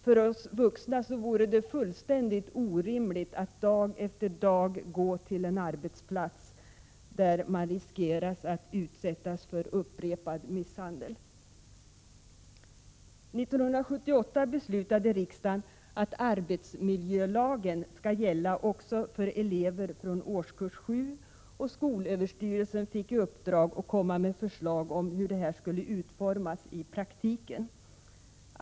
För oss vuxna vore det fullständigt orimligt att dag efter dag gå till en arbetsplats där man riskerar att utsättas för upprepad misshandel. År 1978 beslöt riksdagen att arbetsmiljölagen skall gälla också för elever från årskurs 7. Skolöverstyrelsen fick i uppdrag att lägga fram förslag om hur det här skulle utformas i praktiken.